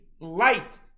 light